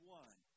one